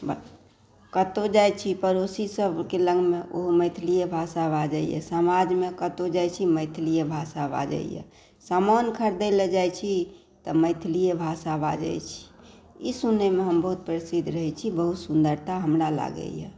कतौ जाइ छी पड़ोसी सबके लगमे ओहो मैथिलीये भाषा बाजैय समाजमे कतौ जाइ छी मैथिलीये भाषा बाजैया समान खरिदै लए जाइ छी तऽ मैथिलीये भाषा बाजै छी ई सुनैमे हम बहुत प्रसिद्ध रहै छी बहुत सुन्दरता हमरा लागैय